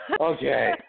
Okay